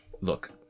look